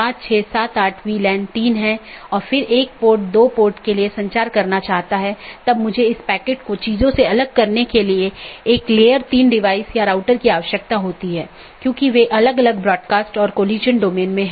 कैसे यह एक विशेष नेटवर्क से एक पैकेट भेजने में मदद करता है विशेष रूप से एक ऑटॉनमस सिस्टम से दूसरे ऑटॉनमस सिस्टम में